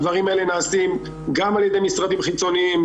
הדברים האלה נעשים גם על ידי משרדים חיצוניים,